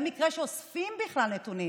במקרה שאוספים בכלל נתונים.